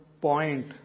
point